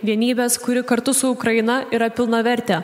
vienybės kuri kartu su ukraina yra pilnavertė